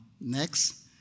Next